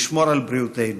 לשמור על בריאותנו.